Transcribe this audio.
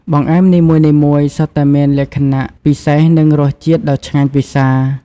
បង្អែមនីមួយៗសុទ្ធតែមានលក្ខណៈពិសេស និងរសជាតិដ៏ឆ្ងាញ់ពិសា។